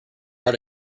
hard